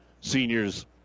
senior's